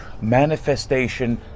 Manifestation